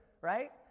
right